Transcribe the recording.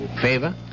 Favor